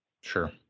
Sure